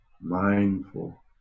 mindful